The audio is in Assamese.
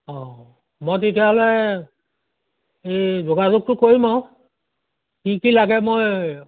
অ মই তেতিয়াহ'লে এই যোগাযোগটো কৰিম আৰু কি কি লাগে মই